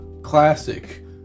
classic